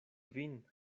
vin